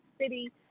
city